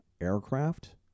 aircraft